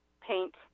paint